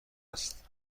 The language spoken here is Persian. است